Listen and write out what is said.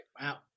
Wow